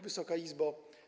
Wysoka Izbo!